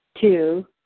Two